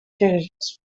terrorist